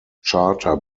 charter